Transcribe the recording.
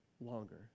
longer